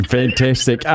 fantastic